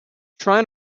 trying